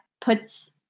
puts